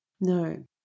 No